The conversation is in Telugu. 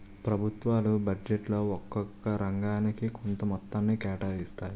ప్రభుత్వాలు బడ్జెట్లో ఒక్కొక్క రంగానికి కొంత మొత్తాన్ని కేటాయిస్తాయి